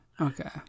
okay